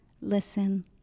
Listen